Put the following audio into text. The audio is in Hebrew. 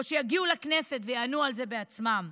או שיגיעו לכנסת ויענו על זה בעצמם.